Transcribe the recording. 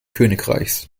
königreichs